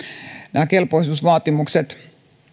nämä kelpoisuusvaatimukset